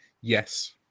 yes